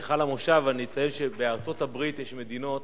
בדרכך למושב אני אציין שבארצות-הברית יש מדינות